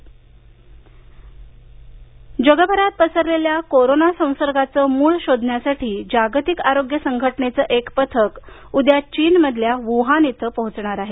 जागतिक आरोग्य संघटना जगभरात पसरलेल्या कोरोना संसर्गाचं मूळ शोधण्यासाठी जागतिक आरोग्य संघटनेचं एक पथक उद्या चीनमधल्या वूहान इथं पोहोचणार आहे